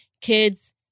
kids